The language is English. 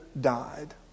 died